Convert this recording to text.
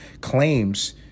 claims